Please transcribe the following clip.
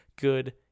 good